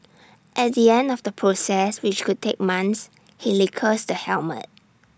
at the end of the process which could take months he lacquers the helmet